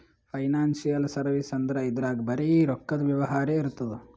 financial service ಅಂದ್ರ ಇದ್ರಾಗ್ ಬರೀ ರೊಕ್ಕದ್ ವ್ಯವಹಾರೇ ಇರ್ತದ್